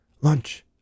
Lunch